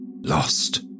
lost